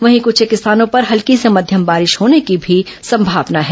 वहीं कुछेक स्थानों पर हल्की से मध्यम बारिश होने की भी संभावना है